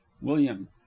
william